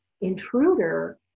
intruder